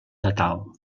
natal